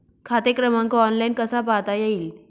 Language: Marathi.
खाते क्रमांक ऑनलाइन कसा पाहता येईल?